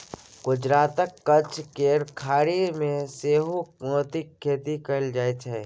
गुजरातक कच्छ केर खाड़ी मे सेहो मोतीक खेती कएल जाइत छै